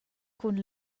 cun